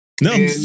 No